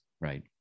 Right